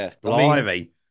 blimey